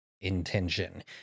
intention